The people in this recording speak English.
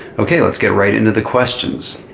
okay. let's get right into the questions.